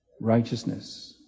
Righteousness